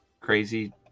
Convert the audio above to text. crazy